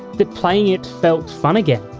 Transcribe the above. that playing it felt fun again.